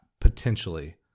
potentially